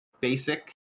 basic